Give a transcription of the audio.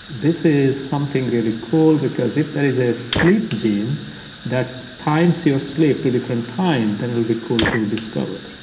this is something really cool because, if there is a sleep gene that times your sleep to different time, then it will be cool to discover.